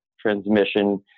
transmission